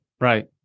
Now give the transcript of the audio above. Right